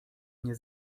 nie